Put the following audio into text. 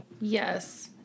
Yes